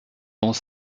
dans